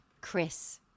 Chris